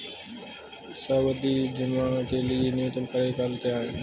सावधि जमा के लिए न्यूनतम कार्यकाल क्या है?